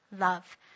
love